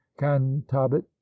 cantabit